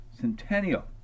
Centennial